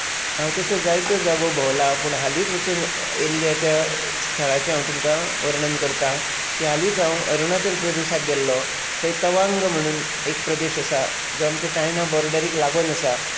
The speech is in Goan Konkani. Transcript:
हांव तश्यो जायत्यो जागो भोंवला पूण हालींच वचून येल्ल्या त्या स्थळांचें हांव तुमकां वर्णन करतां की हालींच हांव अरुणाचल प्रदेशाक गेल्लो थंय तवांग म्हणून एक प्रदेश आसा जो आमचे चायना बॉर्डरीक लागून आसा